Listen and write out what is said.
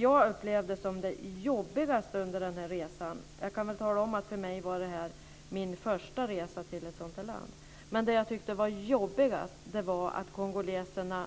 Jag kan tala om att det här var min första resa till ett sådant här land. Det jag tyckte var jobbigast var att kongoleserna